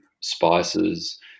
spices